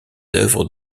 œuvres